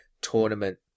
tournament